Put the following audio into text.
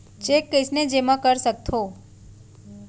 Cheque कईसने जेमा कर सकथो?